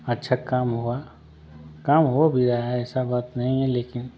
अच्छा काम हुवा काम हो भी रहा है ऐसा बात नहीं है लेकिन